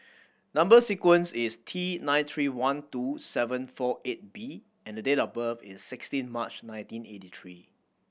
number sequence is T nine three one two seven four eight B and the date of birth is sixteen March nineteen eighty three